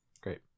Great